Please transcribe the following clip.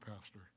Pastor